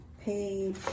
page